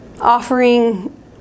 offering